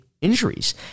injuries